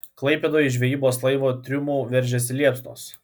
klaipėdoje iš žvejybos laivo triumų veržėsi liepsnos